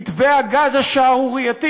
מתווה הגז השערורייתי,